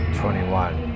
twenty-one